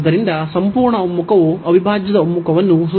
ಆದ್ದರಿಂದ ಸಂಪೂರ್ಣ ಒಮ್ಮುಖವು ಅವಿಭಾಜ್ಯದ ಒಮ್ಮುಖವನ್ನು ಸೂಚಿಸುತ್ತದೆ